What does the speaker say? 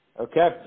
Okay